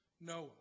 Noah